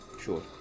Sure